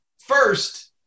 first